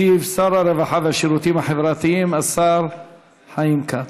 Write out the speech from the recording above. ישיב שר הרווחה והשירותים החברתיים השר חיים כץ.